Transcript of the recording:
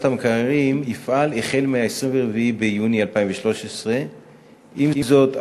המקררים יפעל החל ב-24 ביוני 2013. עם זאת,